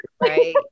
right